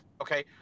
okay